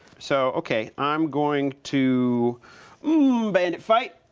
so, okay, i'm going to mmm, bandit fight,